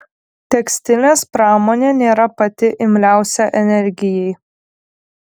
tekstilės pramonė nėra pati imliausia energijai